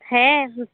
ᱦᱮᱸ